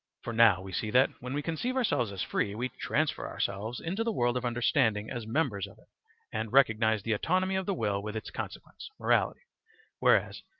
for now we see that, when we conceive ourselves as free, we transfer ourselves into the world of understanding as members of it and recognise the autonomy of the will with its consequence, morality whereas,